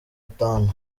atanu